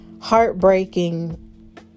heartbreaking